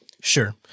Sure